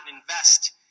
invest